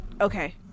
Okay